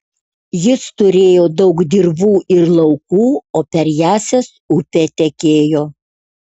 jis turėjo daug dirvų ir laukų o per jąsias upė tekėjo